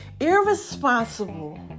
irresponsible